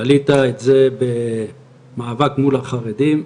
תלית את זה במאבק מול החרדים,